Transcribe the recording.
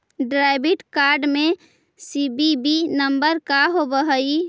Debit card में CVV number का होव हइ?